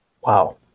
wow